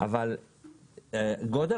אבל גודל